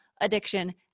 addiction